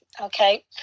okay